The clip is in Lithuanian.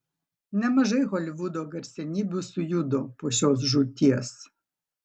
nemažai holivudo garsenybių sujudo po šios žūties